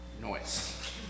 Noise